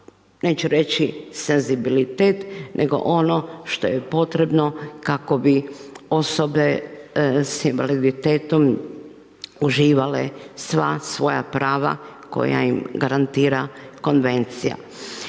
neću reći, senzibilitet, nego ono što je potrebno kako bi osobe s invaliditetom uživale sva svoja prava koja im garantira konvencija.